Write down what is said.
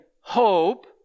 hope